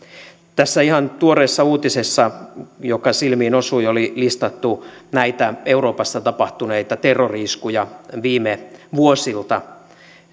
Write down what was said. tässä ihan tuoreessa uutisessa joka silmiin osui oli listattu näitä euroopassa tapahtuneita terrori iskuja viime vuosilta